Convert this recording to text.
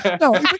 No